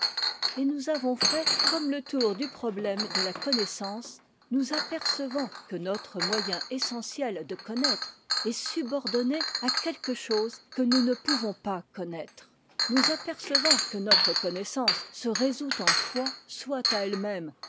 et nous avons fait comme le tour du problème de la connaissance nous apercevant que notre moyen essentiel de connaître est subordonné à quelque chose que nous ne pouvons pas connaître nous apercevant que notre connaissance se résout en foi soit à elle-même